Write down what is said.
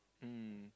mm